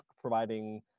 providing